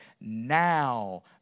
Now